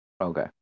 Okay